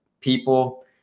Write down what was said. people